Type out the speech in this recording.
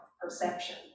perception